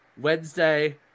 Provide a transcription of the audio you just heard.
Wednesday